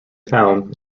town